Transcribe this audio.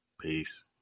Peace